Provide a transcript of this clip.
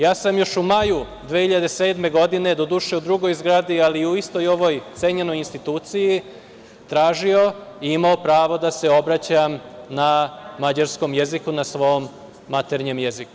Ja sam još u maju 2007. godine, doduše u drugoj zgradi, ali u istoj ovoj cenjenoj instituciji tražio i imao pravo da se obraćam na mađarskom jeziku, na svom maternjem jeziku.